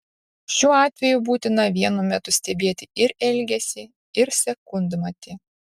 šiuo atveju būtina vienu metu stebėti ir elgesį ir sekundmatį